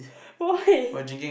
why